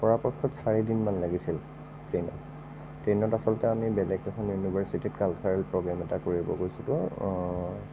পৰাপক্ষত চাৰিদিনমান লাগিছিল ট্ৰেইনত ট্ৰেইনত আচলতে আমি বেলেগ এখন ইউনিভাৰচিটিত কালচাৰেল প্ৰগেম এটা কৰিবলৈ গৈছিলোঁ